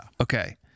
Okay